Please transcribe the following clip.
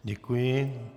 Děkuji.